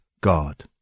God